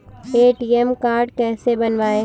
ATM card कैसे बनवाएँ?